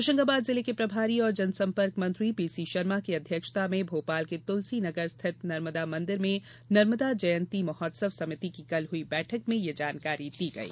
होशंगाबाद जिले के प्रभारी और जनसम्पर्क मंत्री पीसी शर्मा की अध्यक्षता में भोपाल के तुलसी नगर स्थित नर्मदा मंदिर में नर्मदा जयंती महोत्सव समिति की कल हुई बैठक में यह जानकारी दी गई